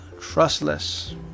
trustless